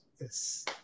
yes